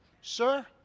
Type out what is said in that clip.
Sir